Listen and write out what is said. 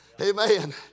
Amen